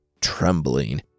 Trembling